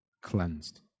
cleansed